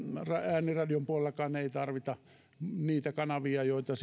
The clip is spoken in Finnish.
ääniradion puolellakaan ei tarvita niitä kanavia joita